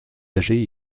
âgé